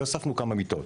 והוספנו כמה מיטות.